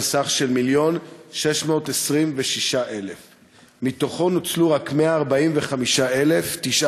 סך של 1.626 מיליון שקל ומתוכו נוצלו רק 145,000 שקל,